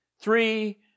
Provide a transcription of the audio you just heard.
three